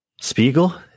Spiegel